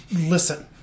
listen